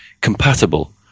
compatible